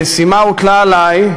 המשימה הוטלה עלי,